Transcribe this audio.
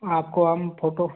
आपको हम फोटो